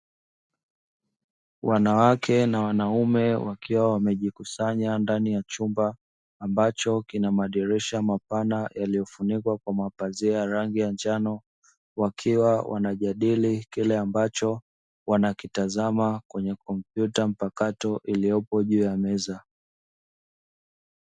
Wanawake na wanaume wakiwa wamejikusanya ndani ya chumba ambacho kina madirisha mapana yaliyofunikwa kwa mapazia rangi ya njano wakiwa wanajadili kile ambacho wanakitazama kwenye kompyuta mpakato iliyopo juu ya meza.